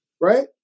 right